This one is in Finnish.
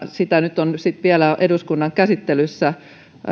sitä nyt on sitten vielä eduskunnan käsittelyssä